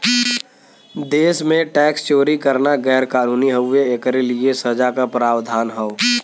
देश में टैक्स चोरी करना गैर कानूनी हउवे, एकरे लिए सजा क प्रावधान हौ